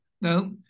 Now